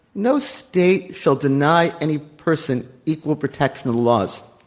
no state shall deny any person equal protection of laws.